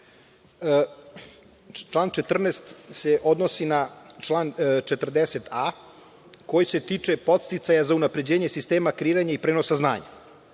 Član 14. se odnosi na član 40a, koji se tiče podsticaja za unapređenje kreiranja i prenosa znanja.